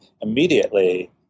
immediately